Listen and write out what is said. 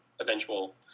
eventual